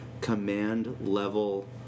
command-level